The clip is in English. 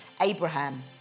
Abraham